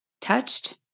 touched